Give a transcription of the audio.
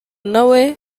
nawe